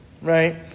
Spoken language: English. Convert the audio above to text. right